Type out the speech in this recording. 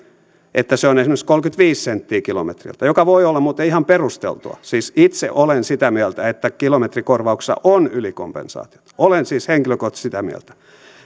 että se on esimerkiksi kolmekymmentäviisi senttiä kilometriltä mikä voi olla muuten ihan perusteltua siis itse olen sitä mieltä että kilometrikorvauksissa on ylikompensaatiota olen siis henkilökohtaisesti sitä mieltä